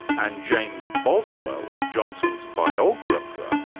and james boswell, johnson's biographer,